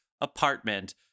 apartment